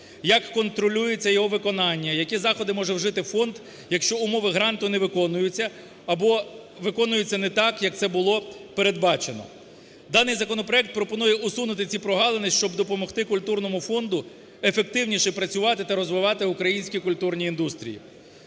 як контролюється його виконання, які заходи може вжити фонд, якщо умови гранту не виконуються або виконуються не так, як це було передбачено. Даний законопроект пропонує усунути ці прогалини, щоб допомогти культурному фонду ефективніше працювати та розвивати українські культурні індустрії.